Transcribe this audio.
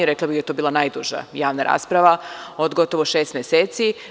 Rekla bih da je to bila najduža javna rasprava od gotovo šest meseci.